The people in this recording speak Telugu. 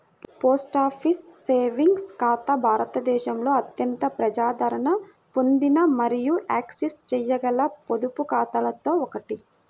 పోస్ట్ ఆఫీస్ సేవింగ్స్ ఖాతా భారతదేశంలో అత్యంత ప్రజాదరణ పొందిన మరియు యాక్సెస్ చేయగల పొదుపు ఖాతాలలో ఒకటి